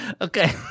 Okay